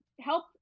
help